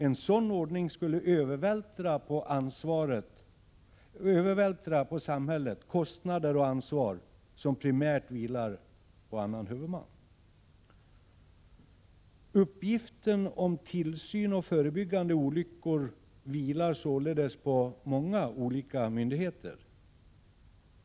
En sådan ordning skulle övervältra på samhället kostnader och ansvar som primärt vilar på annan huvudman. Uppgiften om tillsyn och förebyggande av olyckor vilar således på många olika myndigheter.